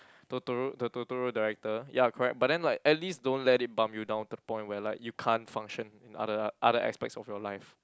Totoro the Totoro director ya correct but then like at least don't let it bump you down to the point where like you can't function in other other aspects of your life